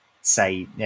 say